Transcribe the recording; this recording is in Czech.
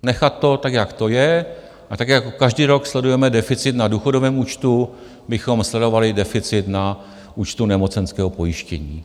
Nechat to tak, jak to je, a tak jako každý rok sledujeme deficit na důchodovém účtu, bychom sledovali deficit na účtu nemocenského pojištění.